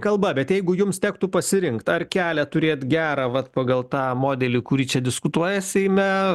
kalba bet jeigu jums tektų pasirinkt ar kelią turėt gerą vat pagal tą modelį kurį čia diskutuoja seime